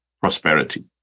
prosperity